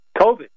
covid